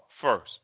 first